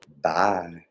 Bye